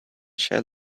shell